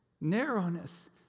narrowness